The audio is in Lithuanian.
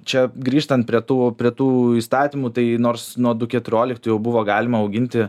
čia grįžtant prie tų prie tų įstatymų tai nors nuo du keturioliktų jau buvo galima auginti